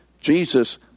Jesus